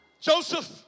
Joseph